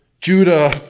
Judah